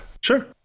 Sure